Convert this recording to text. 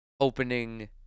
opening